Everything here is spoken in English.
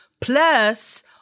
Plus